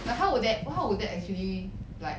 like how would that how would that actually like